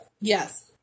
Yes